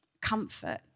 comfort